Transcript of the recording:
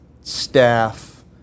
staff